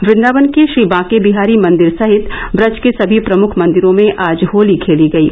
वन्दावन के श्री बांके बिहारी मंदिर सहित ब्रज के सभी प्रमुख मंदिरों में आज होली खेली गयी